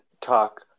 talk